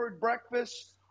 breakfast